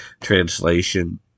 Translation